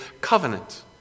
covenant